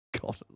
God